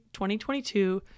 2022